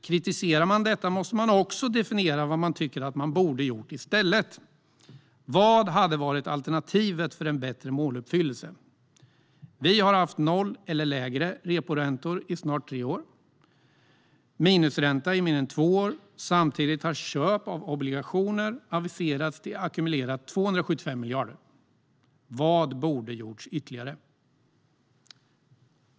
Kritiserar man detta måste man dock även definiera vad man tycker att Riksbanken borde ha gjort i stället. Vad hade varit alternativet för en bättre måluppfyllelse? Vi har haft reporäntor på noll eller mindre i snart tre år - minusränta i mer än två år. Samtidigt har köp av obligationer aviserats ackumulera 275 miljarder. Vad borde ha gjorts ytterligare?